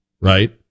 right